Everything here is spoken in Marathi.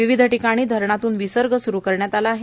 विविध ठिकाणी धरणातून विसर्ग स्रू करण्यात आला आहे